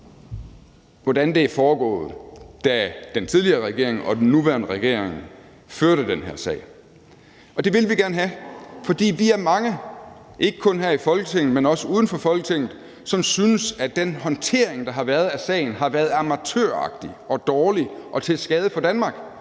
hvordan det er foregået, da den tidligere regering og den nuværende regering førte den her sag. Det vil vi gerne have, for vi er mange, ikke kun her i Folketinget, men også uden for Folketinget, som synes, at den håndtering, der har været af sagen, har været amatøragtig, dårlig og til skade for Danmark,